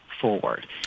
forward